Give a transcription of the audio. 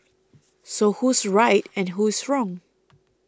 so who's right and who's wrong